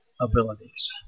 abilities